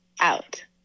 out